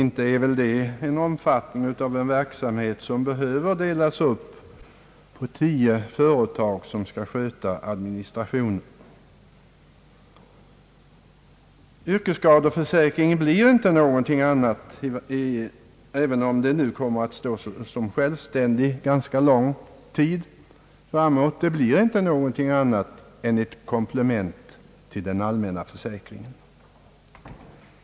Inte är väl omfattningen av verksamheten så stor att administrationen behöver delas upp på 10 företag. Yrkesskadeförsäkringen blir inte någonting annat — även om den nu kommer att vara självständig ganska lång tid framåt — än ett komplement till den allmänna försäkringen.